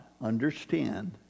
understand